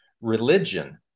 Religion